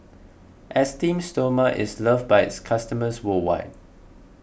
Esteem Stoma is loved by its customers worldwide